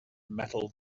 metal